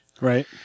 Right